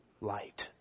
light